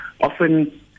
often